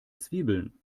zwiebeln